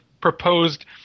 proposed